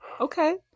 okay